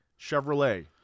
Chevrolet